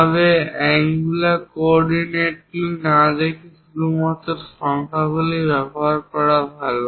তবে কোন angular coordinate না দেখিয়ে শুধু সংখ্যাগুলি ব্যবহার করা ভাল